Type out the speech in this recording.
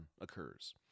occurs